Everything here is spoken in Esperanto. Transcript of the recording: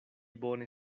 bone